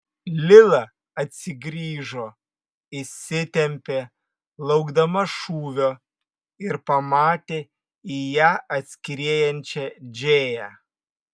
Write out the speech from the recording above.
lila atsigrįžo įsitempė laukdama šūvio ir pamatė į ją atskriejančią džėją